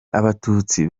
abatutsi